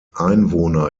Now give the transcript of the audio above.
einwohner